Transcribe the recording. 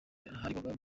yaregwaga